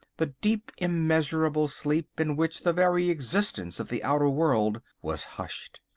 the deep immeasurable sleep in which the very existence of the outer world was hushed.